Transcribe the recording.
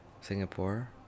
Singapore